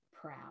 proud